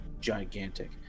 gigantic